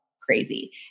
crazy